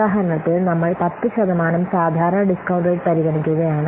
ഉദാഹരണത്തിന് നമ്മൾ 10 ശതമാനം സാധാരണ ഡിസ്കൌണ്ട് റേറ്റ് പരിഗണിക്കുകയാണ്